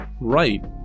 right